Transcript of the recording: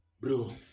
Bro